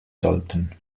sollten